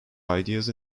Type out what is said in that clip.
ideas